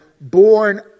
born